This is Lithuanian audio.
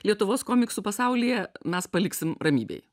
lietuvos komiksų pasaulyje mes paliksim ramybėj